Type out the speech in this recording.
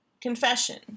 Confession